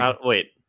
Wait